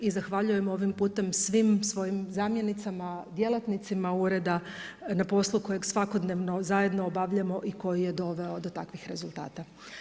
I zahvaljujem ovim putem svim svojim zamjenicama, djelatnicima ureda na poslu kojeg svakodnevno zajedno obavljamo i koji je doveo do takvih rezultata.